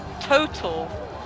total